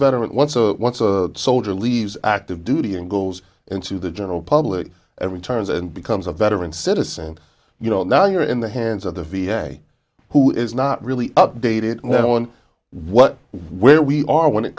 veteran once a soldier leaves active duty and goes into the general public and returns and becomes a veteran citizen you know and now you're in the hands of the v a who is not really updated on what where we are when it